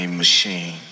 machine